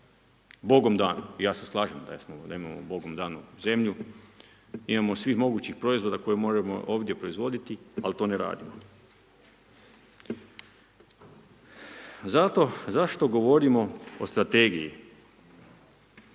Bogom dana i ja se slažem da imamo Bogom danu zemlju, imamo svih mogućih proizvoda, koje možemo ovdje proizvoditi, ali to ne radimo. Zato, zašto govorimo o strategiji?